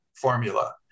formula